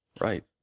right